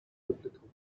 biblical